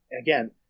again